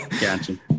Gotcha